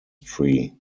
tree